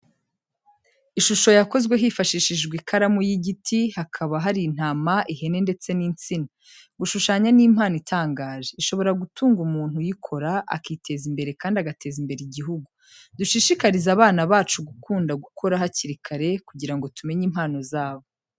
Ishusho yakozwe hifashishijwe ikaramu y'igiti, hakaba hari intama, ihene ndetse n'insina. Gushushanya ni impano itangaje, ishobora gutunga umuntu uyikora, akiteza imbere kandi agateza imbere igihugu. Dushishikarize abana bacu gukunda gukora hakiri kare, kugira ngo tumenye impano zabo.